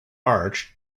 arch